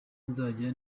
nzajya